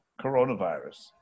coronavirus